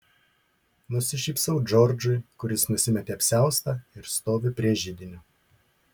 nusišypsau džordžui kuris nusimetė apsiaustą ir stovi prie židinio